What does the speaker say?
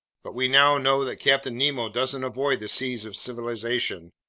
but we now know that captain nemo doesn't avoid the seas of civilization,